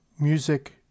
music